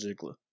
ziggler